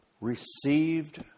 received